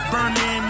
Burning